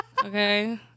okay